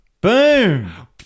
Boom